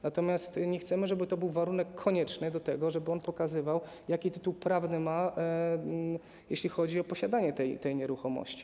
Natomiast nie chcemy, żeby to był warunek konieczny, żeby on pokazywał, jaki ma tytuł prawny, jeśli chodzi o posiadanie tej nieruchomości.